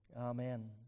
Amen